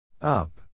Up